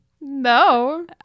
No